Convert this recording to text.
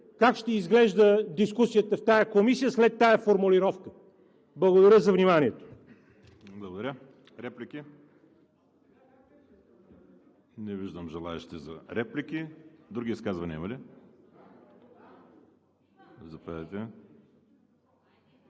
как ще изглежда дискусията в тази комисия след тази формулировка? Благодаря за вниманието.